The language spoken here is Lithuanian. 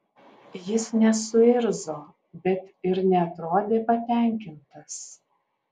jis nesuirzo bet ir neatrodė patenkintas